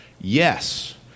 yes